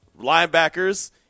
linebackers